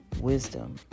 wisdom